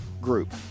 group